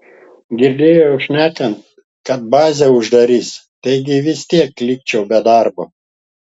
girdėjau šnekant kad bazę uždarys taigi vis tiek likčiau be darbo